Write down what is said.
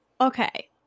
Okay